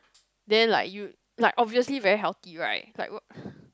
then like you like obviously very healthy right like wh~